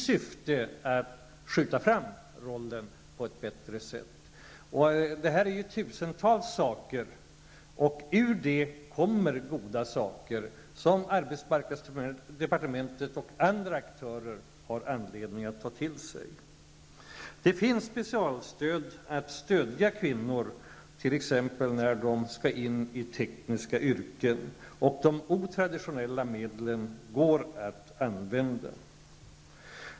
Syftet är att skjuta fram deras roll på ett bättre sätt. Det rör sig om tusentals olika saker, och ur dem kommer mycket gott som arbetsmarknadsdepartementet och andra aktörer har anledning att ta till sig. Det finns specialstöd för kvinnor, t.ex. när de skall gå in i tekniska yrken. De otraditionella medlen går att använda.